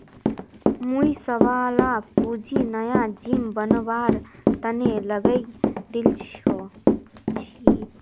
मुई सबला पूंजी नया जिम बनवार तने लगइ दील छि